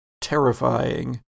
terrifying